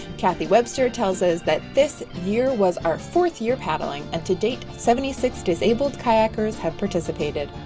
cathy webster tells us that. this year was our fourth year paddling and to date seventy six disabled kayakers have participated.